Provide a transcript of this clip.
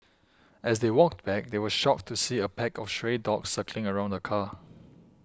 as they walked back they were shocked to see a pack of stray dogs circling around the car